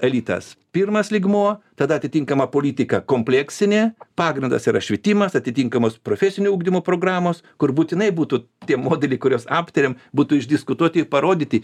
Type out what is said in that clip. elitas pirmas lygmuo tada atitinkama politika kompleksinė pagrindas yra švietimas atitinkamos profesinio ugdymo programos kur būtinai būtų tie modeliai kuriuos aptarėm būtų išdiskutuoti ir parodyti